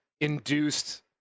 induced